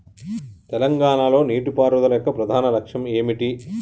తెలంగాణ లో నీటిపారుదల యొక్క ప్రధాన లక్ష్యం ఏమిటి?